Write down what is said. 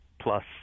plus